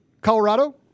Colorado